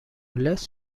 less